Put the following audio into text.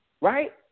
right